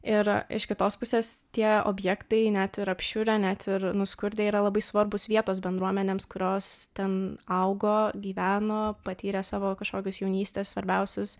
ir iš kitos pusės tie objektai net ir apšiurę net ir nuskurdę yra labai svarbūs vietos bendruomenėms kurios ten augo gyveno patyrė savo kažkokius jaunystės svarbiausius